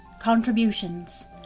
contributions